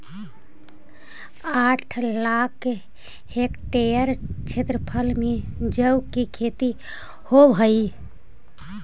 आठ लाख हेक्टेयर क्षेत्रफल में जौ की खेती होव हई